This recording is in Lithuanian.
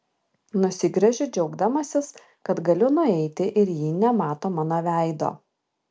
nusigręžiu džiaugdamasis kad galiu nueiti ir ji nemato mano veido